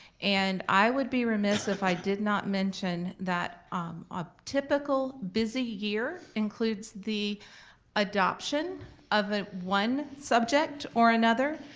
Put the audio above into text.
and i would be remiss if i did not mention that a typical busy year includes the adoption of ah one subject or another.